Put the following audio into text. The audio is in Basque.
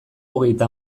hogeita